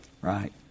Right